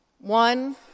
One